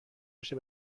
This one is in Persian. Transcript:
باشه